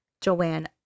joanne